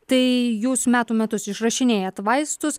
tai jūs metų metus išrašinėjat vaistus